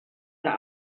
der